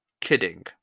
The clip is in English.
kidding